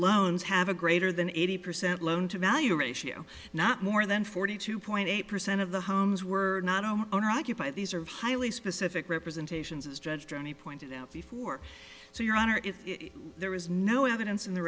loans have a greater than eighty percent loan to value ratio not more than forty two point eight percent of the homes were not home owner occupied these are highly specific representations as judge journey pointed out before so your honor if there was no evidence in the